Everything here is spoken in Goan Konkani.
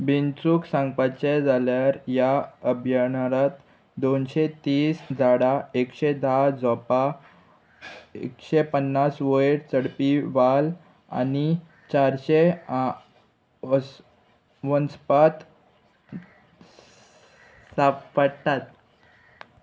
बिनचूक सांगपाचे जाल्यार ह्या अभ्यारणांत दोनशे तीस झाडां एकशे धा जोपा एकशे पन्नास वयर चडपी वाल आनी चारशे वंचपात सांपडटात